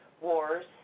wars